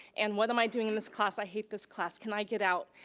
and what am i doing in this class, i hate this class, can i get out?